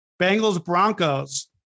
Bengals-Broncos